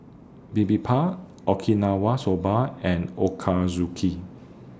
Bibimbap Okinawa Soba and Ochazuke